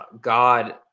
god